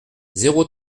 zéro